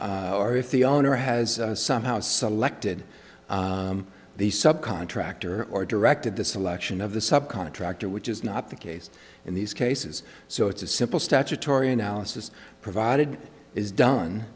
or if the owner has somehow selected the subcontractor or directed the selection of the sub contractor which is not the case in these cases so it's a simple statutory analysis provided is done